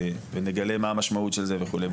ואולי גם אתם תגלו מזה דברים חשובים.